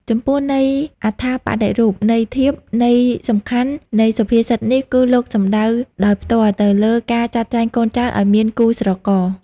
ចំពោះន័យអត្ថប្បដិរូប ន័យធៀប ន័យសំខាន់នៃសុភាសិតនេះ គឺលោកសំដៅដោយផ្ទាល់ទៅលើ ការចាត់ចែងកូនចៅឱ្យមានគូស្រករ។